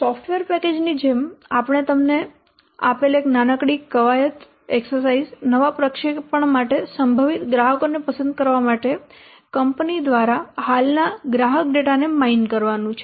તેથી સોફ્ટવેર પેકેજની જેમ આપણે તમને આપેલ એક નાનકડી કવાયત નવા પ્રક્ષેપણ માટે સંભવિત ગ્રાહકોને પસંદ કરવા માટે કંપની દ્વારા હાલના ગ્રાહક ડેટાને માઈન કરવાનું છે